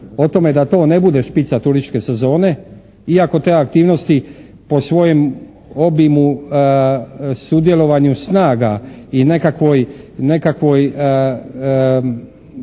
o tome da to ne bude špica turističke sezone iako te aktivnosti po svojem obimu sudjelovanju snaga i nekakvoj